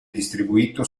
distribuito